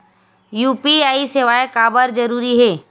UPI सेवाएं काबर जरूरी हे?